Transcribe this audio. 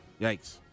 Yikes